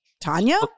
Tanya